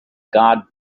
guard